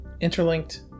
Interlinked